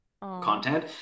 content